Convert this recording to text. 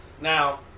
Now